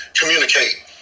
communicate